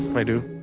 i do.